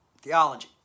theology